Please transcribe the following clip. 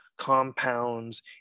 compounds